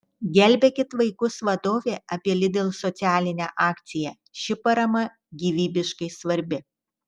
gelbėkit vaikus vadovė apie lidl socialinę akciją ši parama gyvybiškai svarbi